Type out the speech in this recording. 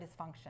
dysfunction